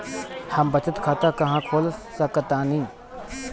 हम बचत खाता कहां खोल सकतानी?